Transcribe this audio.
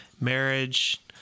marriage